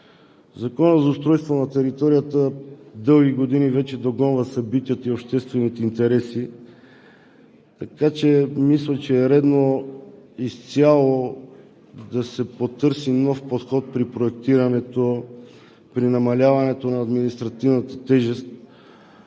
Законът за устройство на територията дълги години вече догонва събитията и обществените интереси, така че мисля, че е редно изцяло да се потърси нов подход при проектирането, при намаляването на административната тежест.